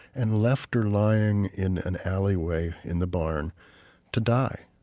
and left her lying in an alleyway in the barn to die.